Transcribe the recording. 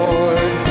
Lord